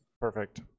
Perfect